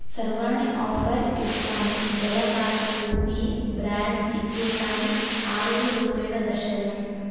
सर्वाणि आफ़र् युक्तानि जलकाचकूपी ब्राण्ड्स् इत्येतानि आवलीरूपेण दर्शय